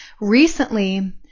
recently